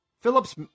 Phillips